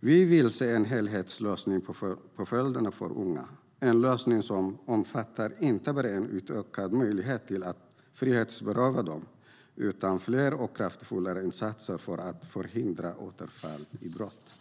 Vi vill se en helhetslösning för påföljderna för unga, en lösning som omfattar inte bara en utökad möjlighet till att frihetsberöva dem utan fler och kraftfullare insatser för att förhindra återfall i brott.